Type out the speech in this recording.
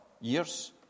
years